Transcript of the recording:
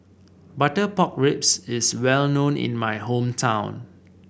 Butter Pork Ribs is well known in my hometown